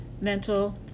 mental